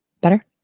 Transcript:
Better